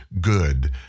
good